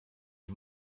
nie